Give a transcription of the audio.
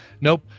nope